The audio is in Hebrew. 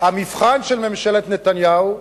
המבחן של ממשלת נתניהו,